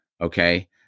okay